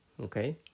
okay